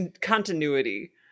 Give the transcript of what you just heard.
continuity